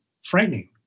frightening